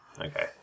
Okay